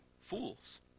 Fools